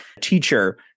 teacher